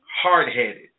hard-headed